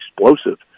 explosive